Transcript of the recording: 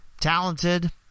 talented